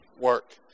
work